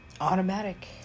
automatic